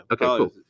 Okay